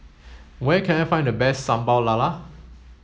where can I find the best Sambal Lala